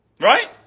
Right